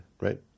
right